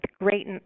great